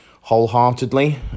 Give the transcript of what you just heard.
wholeheartedly